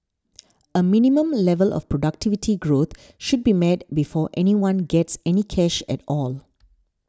a minimum level of productivity growth should be met before anyone gets any cash at all